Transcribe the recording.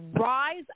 *Rise